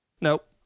Nope